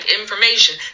information